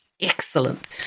Excellent